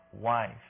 wife